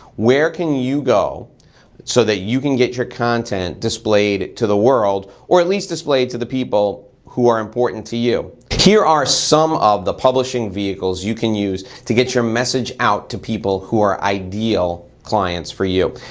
where can you go so that you can get your content displayed to the world, or at least displayed to the people who are important to you. here are some of the publishing vehicles you can use to get your message out to people who are ideal clients for you.